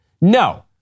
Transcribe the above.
No